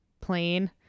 plain